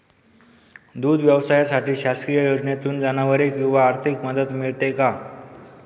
दूध व्यवसायासाठी शासकीय योजनेतून जनावरे किंवा आर्थिक मदत मिळते का?